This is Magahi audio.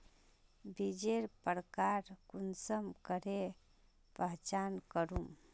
बीजेर प्रकार कुंसम करे पहचान करूम?